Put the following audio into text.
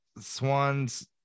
Swan's